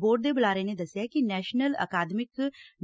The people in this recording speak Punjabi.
ਬੋਰਡ ਦੇ ਬੁਲਾਰੇ ਨੇ ਦਸਿਆ ਕਿ ਨੈਸ਼ਨਲ ਅਕਾਦਮਿਕ